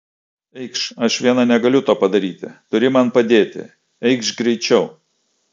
eikš aš viena negaliu to padaryti turi man padėti eikš greičiau